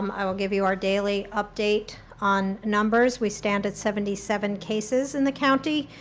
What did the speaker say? um i will give you our daily update on numbers we stand at seventy seven cases in the county